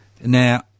Now